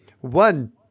One